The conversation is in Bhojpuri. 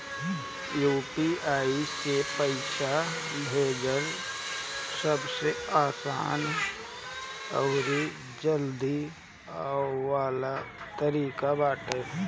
यू.पी.आई से पईसा भेजल सबसे आसान अउरी जल्दी वाला तरीका बाटे